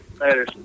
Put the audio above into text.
later